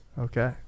Okay